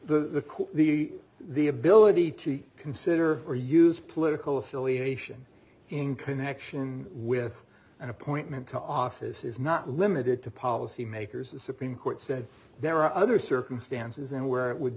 the the the ability to consider or use political affiliation in connection with an appointment to office is not limited to policymakers the supreme court said there are other circumstances and where it would